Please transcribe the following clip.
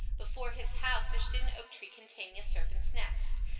before his house there stood an oak tree containing a serpent's nest.